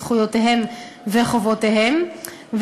זכויותיהם וחובותיהם,